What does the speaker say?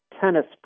tennis